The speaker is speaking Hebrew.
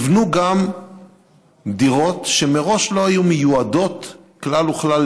נבנו גם דירות שמראש לא היו מיועדות כלל וכלל